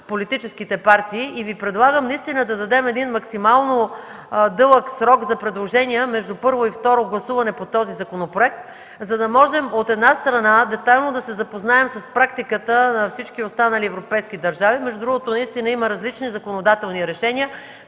първо и второ гласуване по този законопроект, за да можем, от една страна, детайлно да се запознаем с практиката на всички останали европейски държави – между другото, има различни законодателни решения,